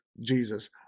Jesus